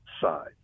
side